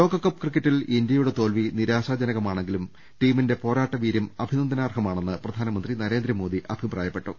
ലോക കപ്പ് ക്രിക്കറ്റിൽ ഇന്ത്യയുടെ തോൽവി നിരാശാജനകമാണെങ്കിലും ടീമിന്റെ പോരാട്ടവീര്യം അഭിനന്ദനാർഹമാണെന്ന് പ്രധാനമന്ത്രി നരേ ന്ദ്രമോദി അഭിപ്രായപ്പെട്ടു